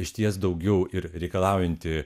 išties daugiau ir reikalaujanti